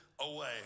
away